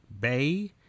Bay